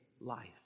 life